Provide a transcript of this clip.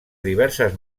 diverses